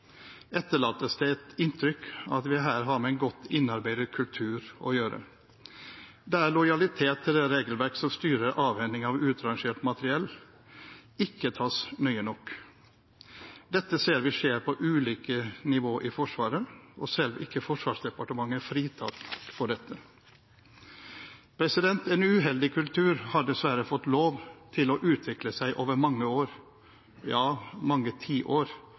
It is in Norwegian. etterlates det et inntrykk av at vi her har med en godt innarbeidet kultur å gjøre, der lojalitet til det regelverket som styrer avhending av utrangert materiell, ikke tas nøye nok. Dette ser vi skjer på ulike nivå i Forsvaret, og selv ikke Forsvarsdepartementet er fritatt for dette. En uheldig kultur har dessverre fått lov til å utvikle seg over mange år – ja, over mange